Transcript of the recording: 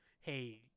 Hey